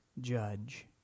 judge